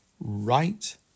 right